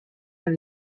alle